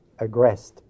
aggressed